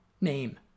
name